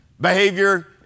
Behavior